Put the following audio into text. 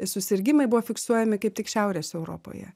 susirgimai buvo fiksuojami kaip tik šiaurės europoje